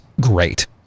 great